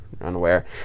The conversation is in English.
unaware